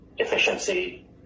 efficiency